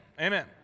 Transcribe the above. Amen